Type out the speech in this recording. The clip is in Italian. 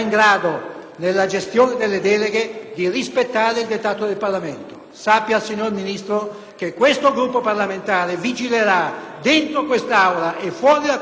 nella gestione delle deleghe, di rispettare il dettato del Parlamento. Sappia, signor Ministro, che il nostro Gruppo parlamentare vigilerà dentro e fuori quest'Aula